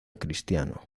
cristiano